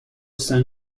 cinq